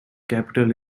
capital